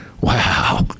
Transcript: wow